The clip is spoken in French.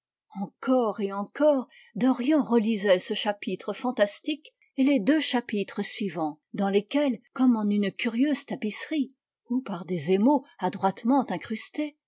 encore et encore dorian relisait ce chapitre fantastique et les deux chapitres suivants dans lesquels comme en une curieuse tapisserie ou par des émaux adroitement incrustés